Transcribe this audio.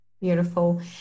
beautiful